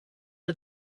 are